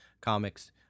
comics